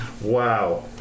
Wow